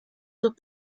sus